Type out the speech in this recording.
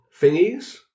thingies